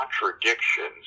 contradictions